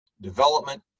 development